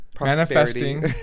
Manifesting